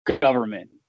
government